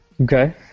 Okay